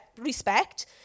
respect